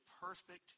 perfect